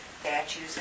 statues